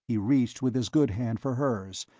he reached with his good hand for hers,